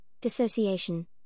dissociation